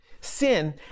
Sin